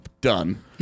done